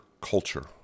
culture